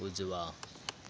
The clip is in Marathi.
उजवा